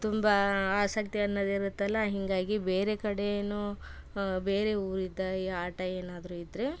ತುಂಬ ಆಸಕ್ತಿ ಅನ್ನೋದು ಇರುತ್ತಲ್ಲ ಹೀಗಾಗಿ ಬೇರೆ ಕಡೆಯೂ ಬೇರೆ ಊರಿದ್ದ ಈ ಆಟ ಏನಾದರೂ ಇದ್ದರೆ